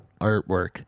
artwork